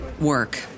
work